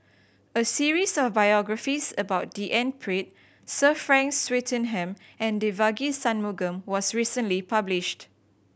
a series of biographies about D N Pritt Sir Frank Swettenham and Devagi Sanmugam was recently published